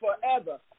forever